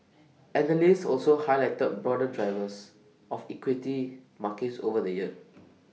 analysts also highlighted broader drivers of equity markets over the year